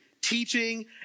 teaching